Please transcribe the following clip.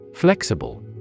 Flexible